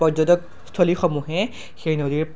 পৰ্যটকস্থলীসমূহে সেই নদীৰ